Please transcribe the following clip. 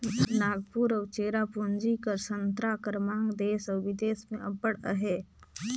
नांगपुर अउ चेरापूंजी कर संतरा कर मांग देस अउ बिदेस में अब्बड़ अहे